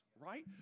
right